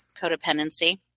codependency